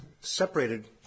separated